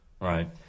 Right